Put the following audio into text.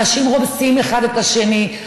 אנשים רומסים אחד את השני.